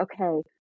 okay